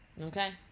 Okay